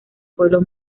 pueblo